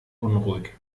unruhig